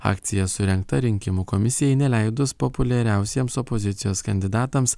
akcija surengta rinkimų komisijai neleidus populiariausiems opozicijos kandidatams